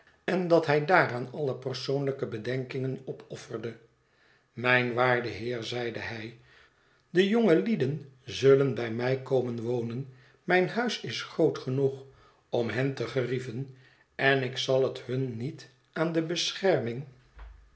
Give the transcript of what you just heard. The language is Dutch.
en dat hij daaraan alle persoonlijke bedenkingen opofferde mijn waarde heer zeide hij de jongelieden zullen bij mij komen wonen mijn huis is groot genoeg om hen te gerieven en ik zal het hun niet aan de bescherming